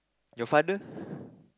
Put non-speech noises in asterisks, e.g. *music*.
your father *breath*